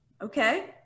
Okay